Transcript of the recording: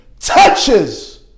touches